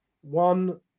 One